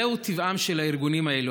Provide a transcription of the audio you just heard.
זהו טבעם של הארגונים האלה,